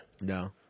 No